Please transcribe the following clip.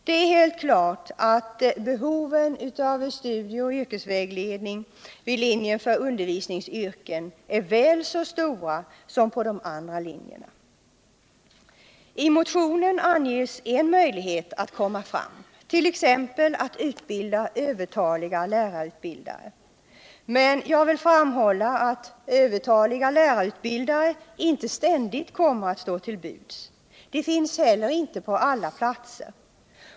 Det är helt klart att behoven av studie och yrkesvägledning vid linjen för undervisningsyrken är väl så stora som på de andra linjerna. I motionen anges en möjlighet att komma fram, t.ex. att utbilda övertaliga lärarutbildare, men jag vill framhålla att övertaliga lärarutbildare inte ständigt kommeratt stå till buds. De finns heller inte på alla platser.